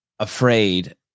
Afraid